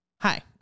hi